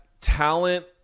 talent